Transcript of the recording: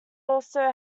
also